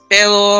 Pero